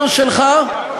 עם קווים אדומים.